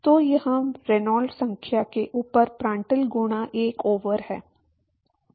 तो यह रेनॉल्ड्स संख्या के ऊपर प्रांड्टल गुणा 1 ओवर है